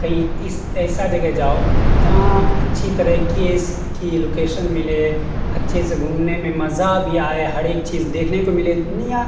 کہیں اس ایسا جگہ جاؤ جہاں اچھی طرح کیس کی لوکیشن ملے اچھے سے گھومنے میں مزہ بھی آئے ہر ایک چیز دیکھنے کو ملے نیا